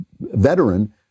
veteran